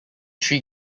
three